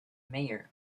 mayor